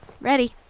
Ready